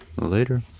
Later